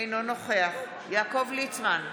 אינו נוכח יעקב ליצמן,